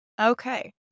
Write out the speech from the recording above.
Okay